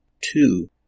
Two